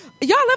Y'all